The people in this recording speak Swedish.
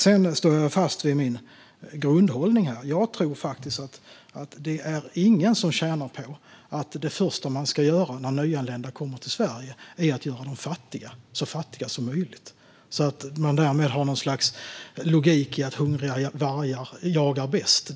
Jag står fast vid min grundhållning. Jag tror inte att någon tjänar på att göra nyanlända som kommer till Sverige så fattiga som möjligt det första man gör. Jag tror inte på någon sorts logik i att hungriga vargar jagar bäst.